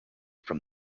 from